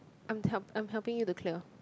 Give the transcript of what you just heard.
I'm I'm helping you to clear